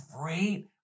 great